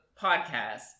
podcast